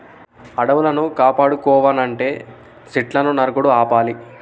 అడవులను కాపాడుకోవనంటే సెట్లును నరుకుడు ఆపాలి